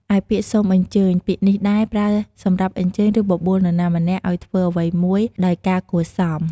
ឯពាក្យ សូមអញ្ជើញ ពាក្យនេះដែរ ប្រើសម្រាប់អញ្ជើញ ឬបបួលនរណាម្នាក់ឲ្យធ្វើអ្វីមួយដោយការគួរសម។